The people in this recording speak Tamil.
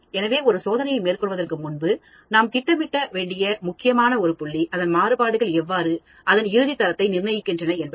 எனவே ஒரு சோதனையை மேற்கொள்வதற்கு முன்பு நாம் திட்டமிட வேண்டிய முக்கியமான புள்ளி அதன் மாறுபாடுகள் எவ்வாறு அதன் இறுதி தரத்தை நிர்ணயிக்கின்றன என்பது